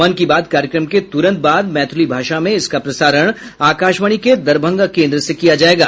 मन की बात कार्यक्रम के तुरंत बाद मैथिली भाषा में इसका प्रसारण आकाशवाणी के दरभंगा केन्द्र से किया जायेगा